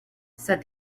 said